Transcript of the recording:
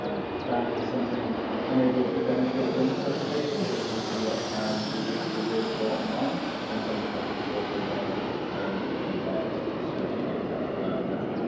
um that is something i'm unable to demonstrate within this presentation but something that um we do have videos for online and something that we could also demo if you'd like us to, so do get in touch regarding that.